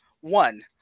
one